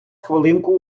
хвилинку